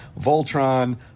Voltron